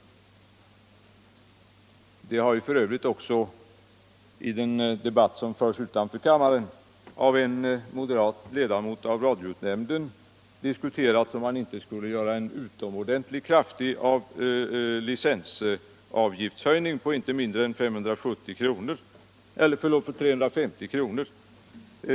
Det har ju för övrigt också i den debatt som förts utanför riksdagen av en moderat ledamot i radionämnden ifrågasatts om man inte skulle göra en utomordentligt kraftig licensavgiftshöjning, nämligen på inte mindre än 350 kr.